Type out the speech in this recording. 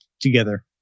together